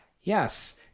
Yes